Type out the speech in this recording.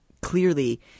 clearly